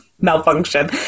malfunction